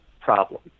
problem